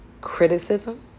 criticism